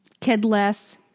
kidless